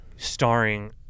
Starring